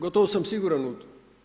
Gotovo sam siguran u to.